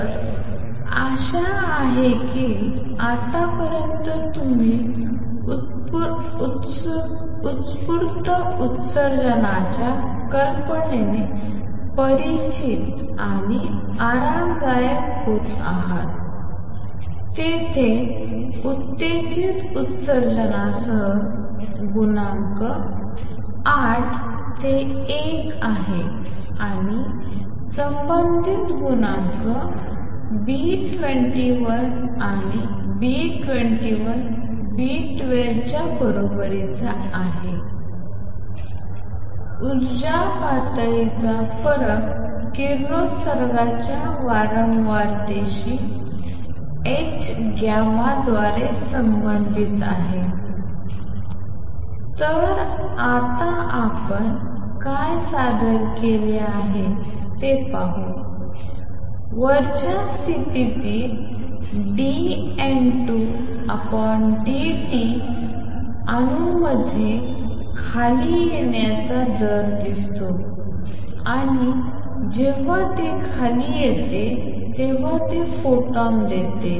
तर आशा आहे की आतापर्यंत तुम्ही उत्स्फूर्त उत्सर्जनाच्या कल्पनेने परिचित आणि आरामदायक होत आहात तेथे उत्तेजित उत्सर्जनासह गुणांक 8 ते 1 आहे आणि संबंधित गुणांक B21आणि B21 B12च्या बरोबरीचा आहे आणि ऊर्जा पातळीचा फरक किरणोत्सर्गाच्या वारंवारतेशी hν द्वारे संबंधित आहे तर आता आपण काय सादर केले आहे ते पाहू वरच्या राज्यातील dN2 dt अणूमध्ये खाली येण्याचा दर असतो आणि जेव्हा ते खाली येते तेव्हा ते फोटॉन देते